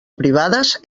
privades